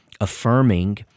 affirming